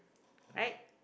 right